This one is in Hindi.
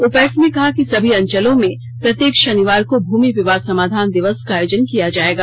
उपायुक्त ने कहा कि समी अंचलों में प्रत्येक शनियार को भूमि विवाद समाधान दियस का आयोजन किया जाएगा